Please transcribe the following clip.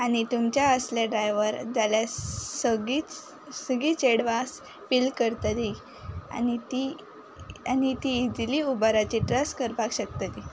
आनी तुमच्या असले ड्रायव्हर जाल्यार सगळींच सगळीं चेडवां फिल करतलीं आनी तीं आनी तीं इझिली उबराचेर ट्रस्ट करपाक शकतलीं